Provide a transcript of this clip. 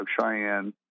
Cheyenne